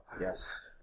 Yes